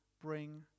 bring